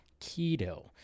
keto